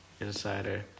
insider